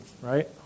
right